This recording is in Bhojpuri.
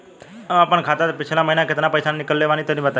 हम आपन खाता से पिछला महीना केतना पईसा निकलने बानि तनि बताईं?